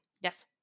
Yes